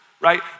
right